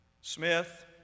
Smith